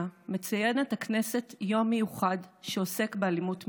הכנסת מציינת יום מיוחד שעוסק באלימות מינית.